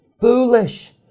foolish